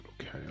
okay